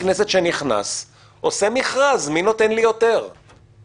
הנורבגי לא היה מכיר את עצמו בעניין הזה והתחלנו בשלביות מסוימת,